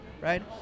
right